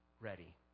ready